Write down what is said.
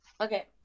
Okay